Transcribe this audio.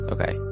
Okay